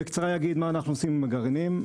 בקצרה מה אנחנו עושים עם הגרעינים.